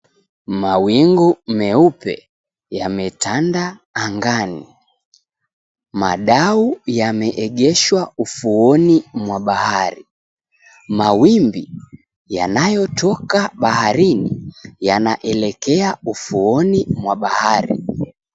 Mawingu meupe yametanda angani. Madau yameegeshwa ufuoni mwa bahari. Mawimbi yanayotoka baharini yanaelekea ufuoni mwa bahari.